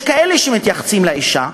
יש כאלה שמתייחסים לאישה,